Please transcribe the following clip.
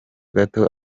gato